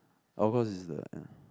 oh cause it's the ya